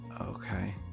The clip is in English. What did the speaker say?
Okay